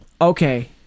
Okay